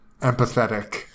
empathetic